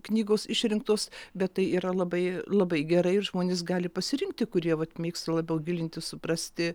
knygos išrinktos bet tai yra labai labai gerai ir žmonės gali pasirinkti kurie mėgsta labiau gilintis suprasti